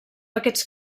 aquests